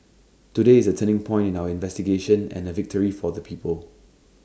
today is A turning point in our investigation and A victory for the people